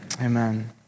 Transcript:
Amen